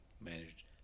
manage